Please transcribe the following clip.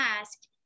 asked